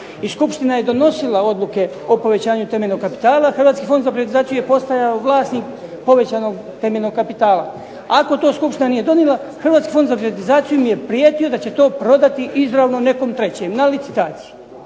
skupština je donosila odluke o povećanju temeljnog kapitala, a Hrvatski fond za privatizaciju je postajao vlasnik povećanog temeljnog kapitala. Ako to skupština nije donijela Hrvatski fond za privatizaciju mi je prijetio da će to prodati izravno nekom trećem, na licitaciji.